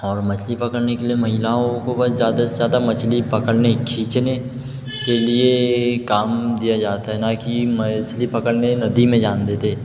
और मछली पकड़ने के लिए महिलाओं को बस ज़्यादा से ज़्यादा मछली पकड़ने खींचने के लिए काम दिया जाता है ना कि मछली पकड़ने नदी में जाने देते